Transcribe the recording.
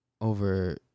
over